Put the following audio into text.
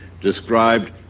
described